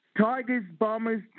Tigers-Bombers